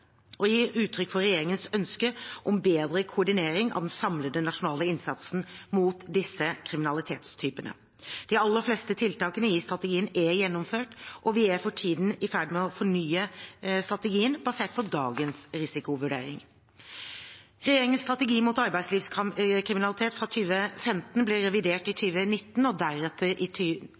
og gir uttrykk for regjeringens ønske om bedre koordinering av den samlede nasjonale innsatsen mot disse kriminalitetstypene. De aller fleste tiltakene i strategien er gjennomført, og vi er for tiden i ferd med å fornye den basert på dagens risikovurderinger. Regjeringens strategi mot arbeidslivskriminalitet fra 2015 ble revidert i 2017 og deretter i